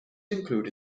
include